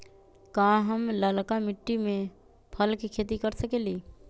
का हम लालका मिट्टी में फल के खेती कर सकेली?